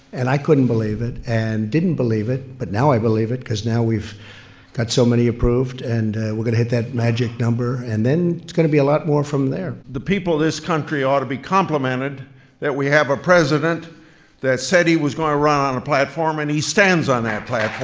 and i couldn't believe it and didn't believe it, but now i believe it because now we've got so many approved. and we're going to hit that magic number, and then it's going to be a lot more from there the people of this country ought to be complimented that we have a president that said he was going to run on a platform and he stands on that platform,